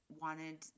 wanted